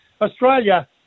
Australia